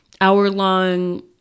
hour-long